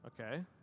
Okay